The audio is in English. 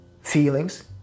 feelings